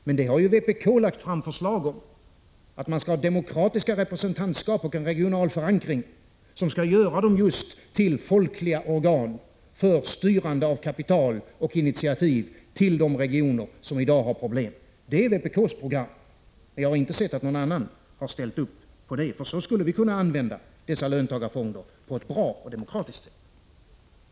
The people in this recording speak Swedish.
Men vpk har ju lagt fram förslag om att löntagarfonderna skall ha demokratiskt representantskap och en regional förankring, som skall göra dem just till folkliga organ för styrande av kapital och initiativ till de regioner som i dag har problem. Det är vpk:s program, men jag har inte sett att någon annan har ställt upp på det. Så skulle vi kunna använda dessa löntagarfonder på ett bra och demokratiskt sätt.